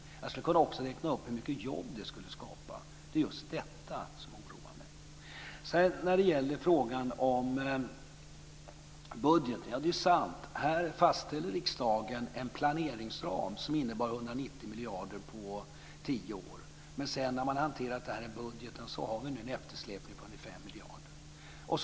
Jag skulle också kunna räkna upp hur mycket jobb det skulle skapa. Det är just detta som oroar mig. När det gäller frågan om budgeten är det sant att riksdagen fastställde en planeringsram som innebar 190 miljarder på tio år. Men när man har hanterat det i budgeten är det nu en eftersläpning på 5 miljarder.